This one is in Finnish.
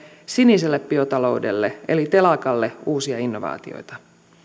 siniselle biotaloudelle eli telakalle uusia innovaatioita